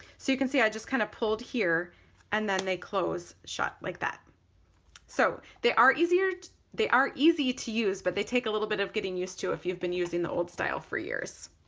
so you can see i just kind of pulled here and then they closed shut like that so they are easier, they are easy to use, but they take a little bit of getting used to if you've been using the old style for years.